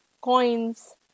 coins